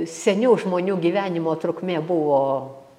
seniau žmonių gyvenimo trukmė buvo